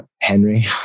Henry